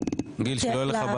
ללכת.